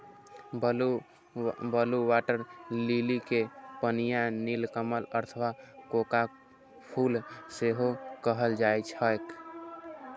blue water lily कें पनिया नीलकमल अथवा कोका फूल सेहो कहल जाइ छैक